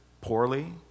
poorly